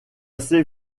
s’est